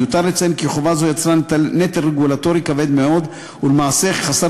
מיותר לציין כי חובה זו יצרה נטל רגולטורי כבד מאוד ולמעשה חסר